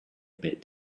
bit